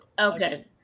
okay